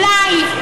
אולי,